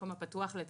מקום הפתוח לציבור,